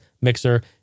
mixer